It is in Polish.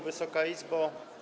Wysoka Izbo!